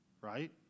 right